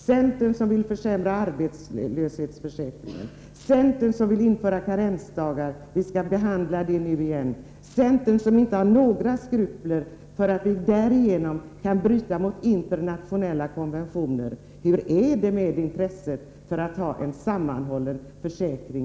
Centern vill ju försämra arbetslöshetsförsäkringen och införa karensdagar — vi skall inom kort behandla den frågan igen — och har inte några skrupler för att vi därigenom kan komma att bryta mot internationella konventioner. Hur är det med intresset för enhetlighet och en sammanhållen försäkring?